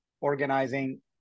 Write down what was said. organizing